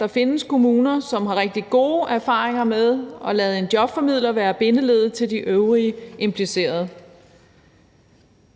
Der findes kommuner, som har rigtig gode erfaringer med at lade en jobformidler være bindeleddet til de øvrige implicerede.